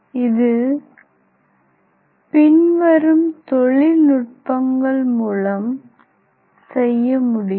இது பின்வரும் தொழில்நுட்பங்கள் மூலம் செய்ய முடியும்